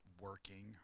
working